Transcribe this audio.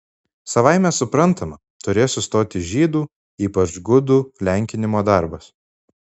savaime suprantama turės sustoti žydų ypač gudų lenkinimo darbas